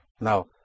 Now